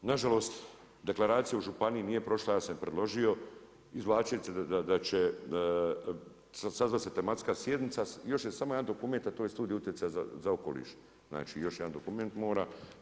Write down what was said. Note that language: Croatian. Nažalost, deklaracija u županiji nije prošla, ja sam je predložio, … da će sazvat se tematska sjednica još je samo jedan dokument, a to je Studij utjecaja za okoliš, znači još jedan dokument mora.